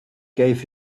gave